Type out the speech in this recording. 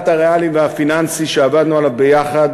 הריאליים והפיננסיים שעבדנו עליו ביחד.